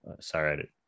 sorry